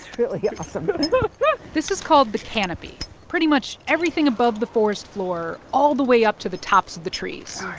really awesome this is called the canopy pretty much everything above the forest floor all the way up to the tops of the trees